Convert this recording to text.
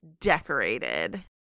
decorated